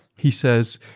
he says,